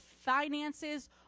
finances